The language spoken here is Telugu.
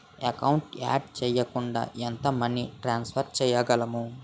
ఎకౌంట్ యాడ్ చేయకుండా ఎంత మనీ ట్రాన్సఫర్ చేయగలము?